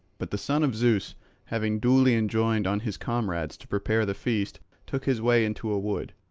but the son of zeus having duly enjoined on his comrades to prepare the feast took his way into a wood,